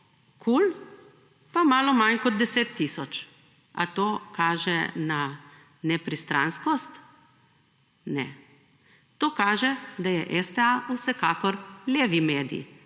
malo manj kot 10 tisoč. A to kaže na nepristranskost? Ne. To kaže, da je STA vsekakor levi medij,